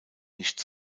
nicht